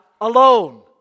alone